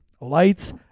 lights